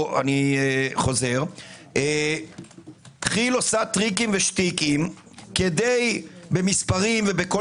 אני חוזר - כי"ל עושה טריקים ושטיקים במספרים ובכל